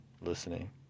listening